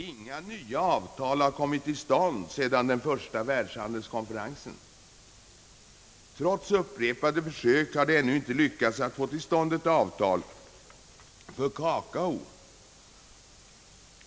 Inga nya avtal har kommit till stånd sedan den första världshandelskonferensen. Trots upprepade försök har det ännu inte lyckats att få till stånd ett avtal för kakao.